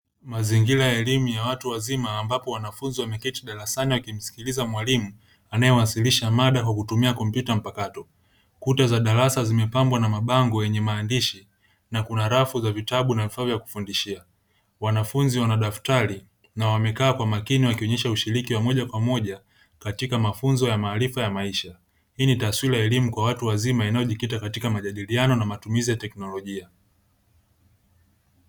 Mazingira ya elimu ya watu wazima, ambapo wanafunzi wameketi darasani wakimsikiliza mwalimu anayewasilisha mada kwa kutumia kompyuta mpakato. Kuta za darasa zimepambwa na mabango yenye maandishi na kuna rafu za vitabu na vifaa vya kufundishia. Wanafunzi wana daftari na wamekaa kwa makini wakionyesha ushiriki wa moja kwa moja katika mafunzo ya maarifa ya maisha. Hii ni taswira ya elimu kwa watu wazima, inayojikita katika majadiliano na matumizi ya teknolojia.